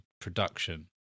production